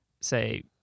say